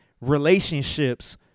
relationships